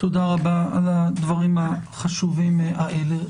תודה רבה על הדברים החשובים האלה.